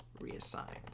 reassigned